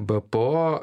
b p o